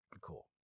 Cool